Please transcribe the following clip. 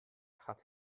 hat